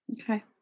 Okay